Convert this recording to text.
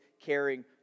caring